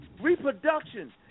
Reproduction